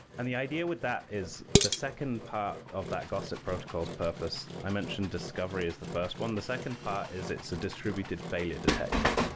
and the idea with that is the second part of that gossip protocol's purpose. i mentioned discovery is the first one. the second part is it's a distributed failure detector.